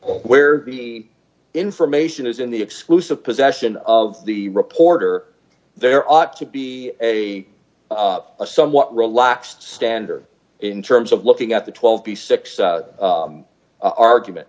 where the information is in the exclusive possession of the reporter there ought to be a a somewhat relaxed standard in terms of looking at the twelve p six argument